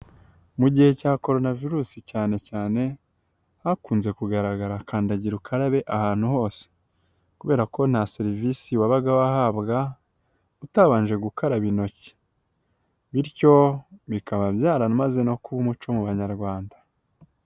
Mu igihe cya coronavirusi cyane cyane hakunze kugaragara kandagiraukarabe ahantu hose kubera ko nta serivisi wabaga wahabwa utabanje gukaraba intoki bityo bikaba byaramaze no kuba umuco mu banyarwanda.